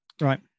Right